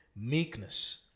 meekness